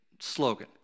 slogan